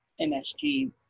msg